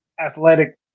athletic